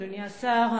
אדוני השר,